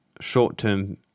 short-term